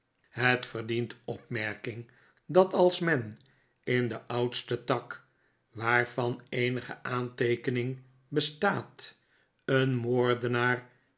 het verdient opmerking dat als men in den oudsten tak waarvan eenige aanteekening bestaat een